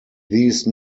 these